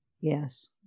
yes